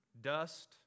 dust